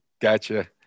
Gotcha